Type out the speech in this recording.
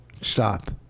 Stop